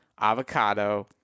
avocado